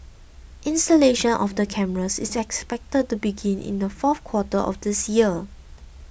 installation of the cameras is expected to begin in the fourth quarter of this year